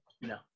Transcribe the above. No